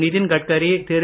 Nitin Gadkari Thiru